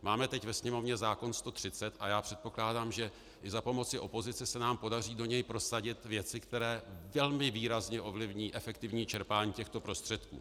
Máme teď ve Sněmovně zákon 130 a já předpokládám, že za pomoci opozice se nám podaří do něj prosadit věci, které velmi výrazně ovlivní efektivní čerpání těchto prostředků.